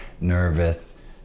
nervous